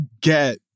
get